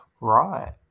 right